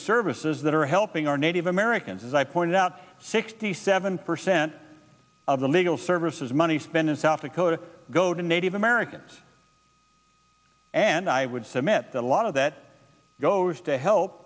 services that are helping our native americans as i point out sixty seven percent of the legal services money spent in south dakota go to native americans and i would submit that a lot of that goes to help